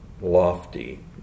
lofty